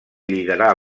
liderar